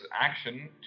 action